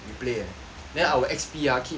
then our X_P ah keep